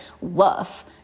woof